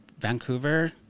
Vancouver